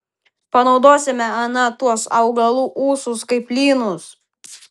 panaudosime ana tuos augalų ūsus kaip lynus